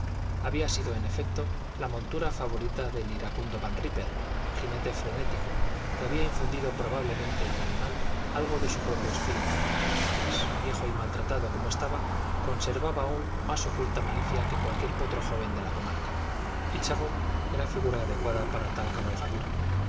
había sido en efecto la montura favorita del iracundo van rípper jinete frenético que había infundido probablemente al animal algo de su propio espíritu pues viejo y maltratado como estaba conservaba aun más oculta malicia que cualquier potro joven de la comarca íchabod era figura adecuada para tal cabalgadura